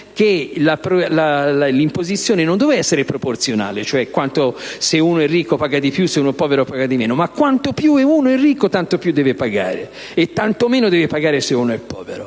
che l'imposizione non doveva essere proporzionale, per cui se uno è ricco paga di più e se uno è povero paga di meno, ma quanto più uno è ricco tanto più deve pagare e tanto meno deve pagare, se uno è povero.